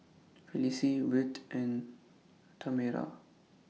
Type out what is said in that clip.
Felicie Wirt and Tamera